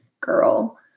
girl